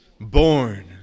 born